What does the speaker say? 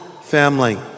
family